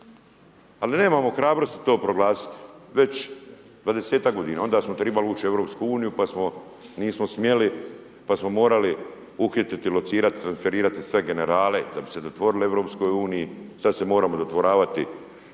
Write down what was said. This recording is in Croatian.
Ali nemamo hrabrosti to proglasiti već 20-ak godina. Onda smo trebali ući u EU, pa nismo smjeli, pa smo moramo uhititi, locirati, transferirati sve generale da bi se dodvorili EU, sad se moramo dodvoravati